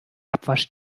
abwasch